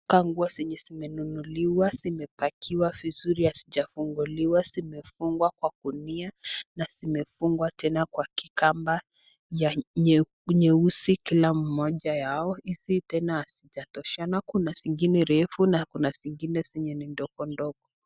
Inakaa nguo zenye zimenunuliwa, zimepakiwa vizuri hazijafunguliwa, zimefungwa kwa gunia na zimefungwa tena kwa kikamba ya nyeusi kila mmoja yao, hizi tena hazijatoshana, kuna zingine refu na kuna zingine zenye ni ndogo ndogo.